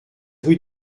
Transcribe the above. rue